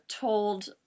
told